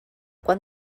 quan